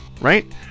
right